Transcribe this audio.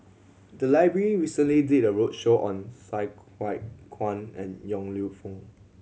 the library recently did a roadshow on Sai Hua Kuan and Yong Lew Foong